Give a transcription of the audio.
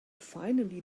finally